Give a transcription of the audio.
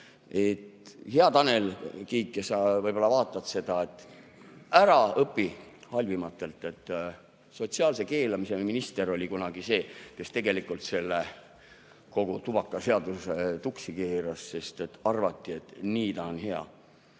Hea Tanel Kiik, kes sa võib-olla vaatad seda [istungit]: ära õpi halvimatelt. Sotsiaalse keelamise minister oli kunagi see, kes tegelikult kogu selle tubakaseaduse tuksi keeras, sest arvati, et nii on hea. Kui